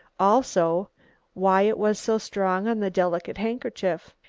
also why it was so strong on the delicate handkerchief.